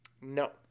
No